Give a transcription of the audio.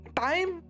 time